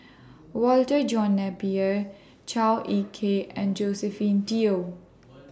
Walter John Napier Chua Ek Kay and Josephine Teo